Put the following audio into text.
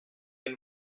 une